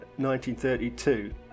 1932